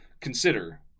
Consider